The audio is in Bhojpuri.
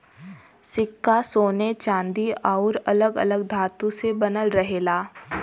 सिक्का सोने चांदी आउर अलग अलग धातु से बनल रहेला